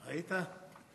ראית?